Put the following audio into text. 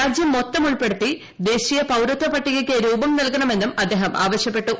രാജ്യം മൊത്തം ഉൾപ്പെടുത്തി ദേശീയ പൌരത്വ പട്ടിക രൂപം നൽകണമെന്നും അദ്ദേഹം ആവശ്യപ്പെട്ടു